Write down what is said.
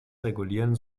regulieren